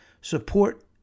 support